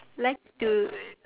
like to